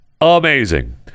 amazing